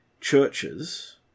churches